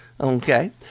Okay